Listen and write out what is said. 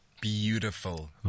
Beautiful